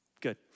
Good